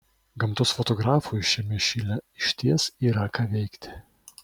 gamtos fotografui šiame šile išties yra ką veikti